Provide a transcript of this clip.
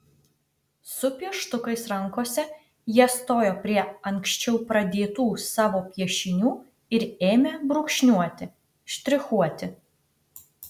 su pieštukais rankose jie stojo prie anksčiau pradėtų savo piešinių ir ėmė brūkšniuoti štrichuoti